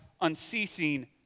unceasing